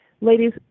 ladies